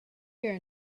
here